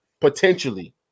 potentially